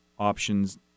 options